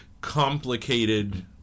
complicated